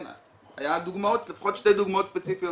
היו לפחות שתי דוגמאות ספציפיות